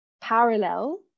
parallel